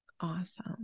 Awesome